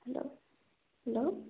hello hello